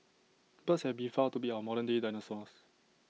birds have been found to be our modern day dinosaurs